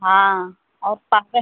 हाँ और पागल